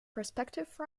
prospective